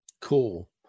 Cool